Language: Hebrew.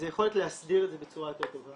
זה יכולת להסדיר את זה בצורה יותר טובה.